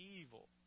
evil